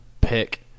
pick